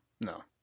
no